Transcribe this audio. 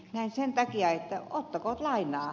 näin sen takia että ottakoot lainaa